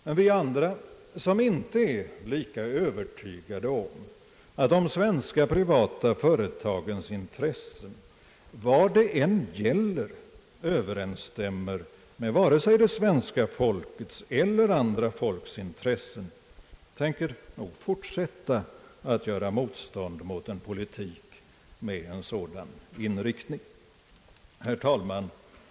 Men vi andra, som inte är lika övertygade om att de svenska privata företagens intressen vad det än gäller överensstämmer med vare sig det svenska folkets eller andra folks intressen, tänker nog fortsätta att göra motstånd mot en politik med en sådan inriktning. Herr talman!